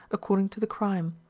according to the crime.